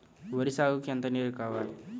వరి సాగుకు ఎంత నీరు కావాలి?